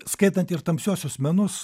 skaitant ir tamsiuosius menus